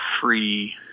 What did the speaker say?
free